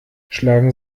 schlagen